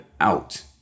out